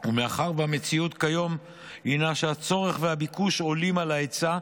ומאחר והמציאות כיום הינה שהצורך והביקוש עולים על ההיצע,